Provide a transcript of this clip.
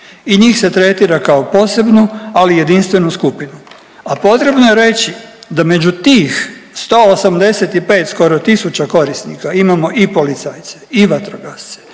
i njih se tretira kao posebnu, ali jedinstvenu skupinu a potrebno je reći da među tih 185 skoro tisuća korisnika imamo i policajce i vatrogasce